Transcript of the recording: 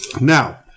Now